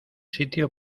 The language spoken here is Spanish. sitio